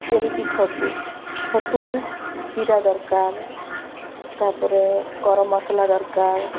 ଯେମିତି ଛତୁ ଛତୁରେ ଜିରା ଦରକାର ତାପରେ ଗରମ ମସଲା ଦରକାର